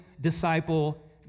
disciple